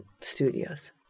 studios